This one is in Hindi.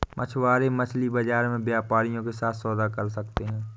मछुआरे मछली बाजार में व्यापारियों के साथ सौदा कर सकते हैं